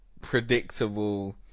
predictable